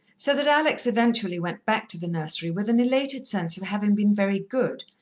so that alex eventually went back to the nursery with an elated sense of having been very good,